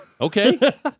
Okay